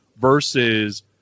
versus